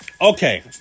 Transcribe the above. Okay